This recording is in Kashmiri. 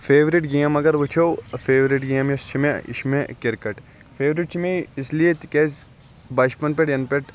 فیورِٹ گیم اگر وِچھو فیورِٹ گیم یۄس چھِ مےٚ یہِ چھِ مےٚ کِرکٹ فیورِٹ چھِ مےٚ یہِ اِسلیے تکیازِ بَچپن پٮ۪ٹھ یَنہٕ پٮ۪ٹھ